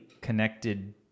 connected